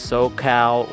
SoCal